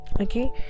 okay